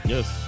Yes